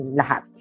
lahat